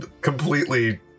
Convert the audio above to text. completely